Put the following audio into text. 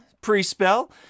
pre-spell